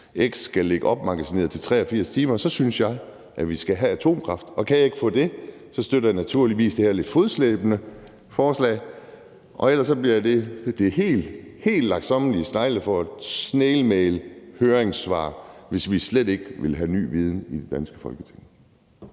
ptx skal ligge opmagasineret til 83 timer, synes jeg, vi skal have atomkraft. Og kan jeg ikke få det, støtter jeg naturligvis det her lidt fodslæbende forslag. Ellers bliver det det helt langsommelige snailmailhøringssvar, hvis vi slet ikke vil have ny viden i det danske Folketing.